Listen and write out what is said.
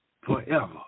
Forever